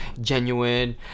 genuine